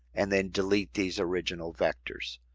and then delete these original vectors.